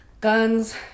Guns